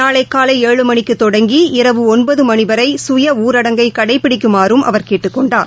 நாளைகாலை ஏழு மணிக்குதொடங்கி இரவு ஒன்பதுமணிவரை சுய ஊரடங்கை கடைபிடிக்குமாறும் அவர் கேட்டுக் கொண்டார்